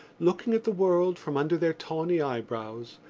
looking at the world from under their tawny eyebrows,